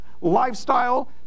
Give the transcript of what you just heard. lifestyle